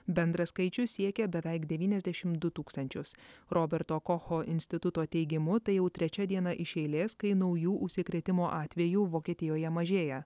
bendras skaičius siekia beveik devyniasdešim du tūkstančius roberto kocho instituto teigimu tai jau trečia diena iš eilės kai naujų užsikrėtimo atvejų vokietijoje mažėja